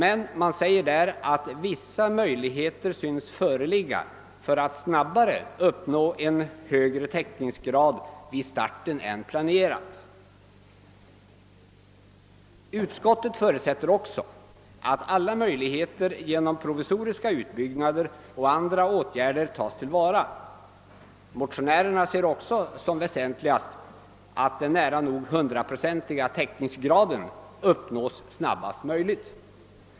Enligt vad utskottet erfarit »synes vissa möjligheter föreligga att snabbare uppnå en högre täckningsgrad än som sålunda förutsatts». Utskottet förutsätter också att alla möjligheter i form av provisoriska utbyggnader och andra åtgärder tas till vara. Motionärerna ser också som väsentligast att den nära nog hundraprocentiga täckningsgraden uppnås snabbast möjligt.